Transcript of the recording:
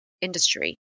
industry